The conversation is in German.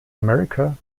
america